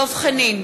דב חנין,